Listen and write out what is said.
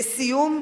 לסיום,